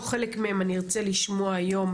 חלק מהם אני ארצה לשמוע היום,